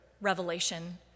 revelation